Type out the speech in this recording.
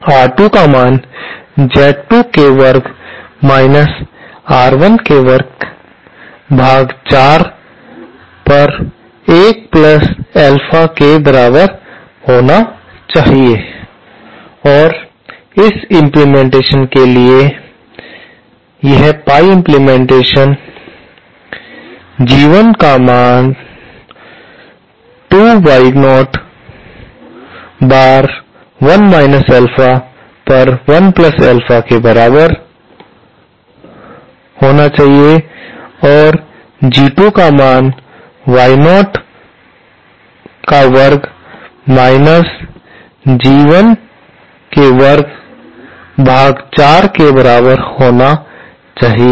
R2 का मान Z0 के वर्ग माइनस R1 के वर्ग पर 4 पर एक प्लस अल्फा के बराबर होना चाहिए और इस इम्प्लीमेंटेशन के लिए यह पाई इम्प्लीमेंटेशन G1 का मान 2Y0 बार 1 माइनस अल्फा पर 1 प्लस अल्फा के बराबर होना चाहिए और G2 का मान Y0 के वर्ग G1 के वर्ग पर 4 के बराबर होना चाहिए